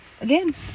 Again